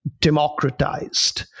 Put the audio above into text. democratized